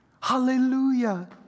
Hallelujah